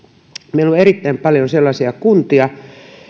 meillä on erittäin paljon sellaisia kuntia